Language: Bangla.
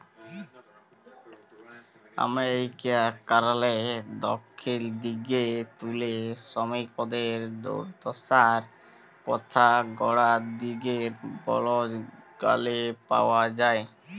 আমেরিকারলে দখ্খিল দিগে তুলে সমিকদের দুদ্দশার কথা গড়া দিগের বল্জ গালে পাউয়া যায়